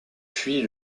puis